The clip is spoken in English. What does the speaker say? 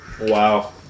Wow